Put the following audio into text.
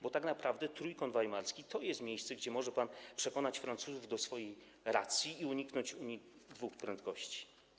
Bo tak naprawdę Trójkąt Weimarski to jest miejsce, gdzie może pan przekonać Francuzów do swojej racji i uniknąć Unii dwóch prędkości.